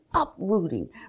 uprooting